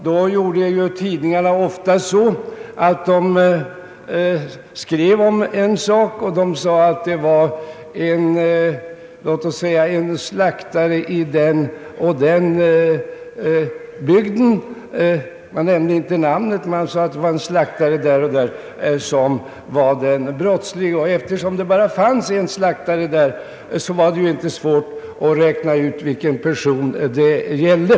Då gjorde tidningarna ofta så, att de skrev låt oss säga om en slaktare i den eller den bygden — man nämnde inte namnet — som var den brottslige. Eftersom det bara fanns en slaktare på orten var det inte svårt att räkna ut vilken person det gällde.